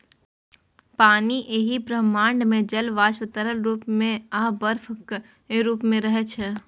पानि एहि ब्रह्मांड मे जल वाष्प, तरल रूप मे आ बर्फक रूप मे रहै छै